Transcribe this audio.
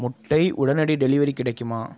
முட்டை உடனடி டெலிவரி கிடைக்குமா